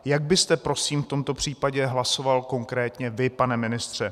Jak byste prosím v tomto případě hlasoval konkrétně vy, pane ministře?